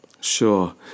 Sure